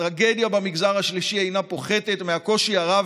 הטרגדיה במגזר השלישי אינה פחותה מהקושי הרב